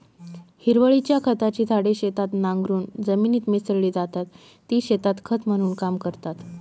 हिरवळीच्या खताची झाडे शेतात नांगरून जमिनीत मिसळली जातात, जी शेतात खत म्हणून काम करतात